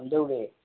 ꯀꯝꯗꯧꯔꯤ